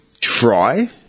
Try